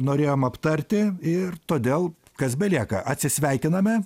norėjom aptarti ir todėl kas belieka atsisveikiname